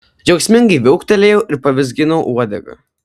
džiaugsmingai viauktelėjau ir pavizginau uodegą